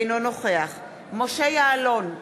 אינו נוכח משה יעלון,